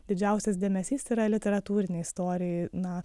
didžiausias dėmesys yra literatūrinei istorijai na